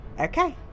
okay